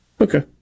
Okay